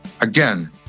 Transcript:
Again